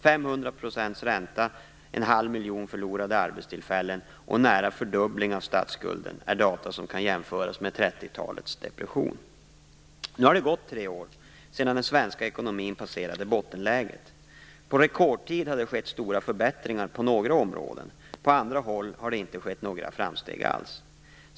500 % ränta, 500 000 förlorade arbetstillfällen och nära en fördubbling av statsskulden är data som kan jämföras med 1930-talets depression. Nu har det gått tre år sedan den svenska ekonomin passerade bottenläget. På rekordtid har det skett stora förbättringar på några områden. Men på andra håll har det inte skett några framsteg alls.